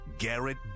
Garrett